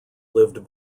lived